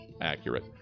accurate